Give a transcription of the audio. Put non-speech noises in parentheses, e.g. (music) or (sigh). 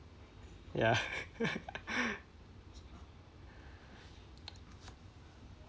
ya (laughs)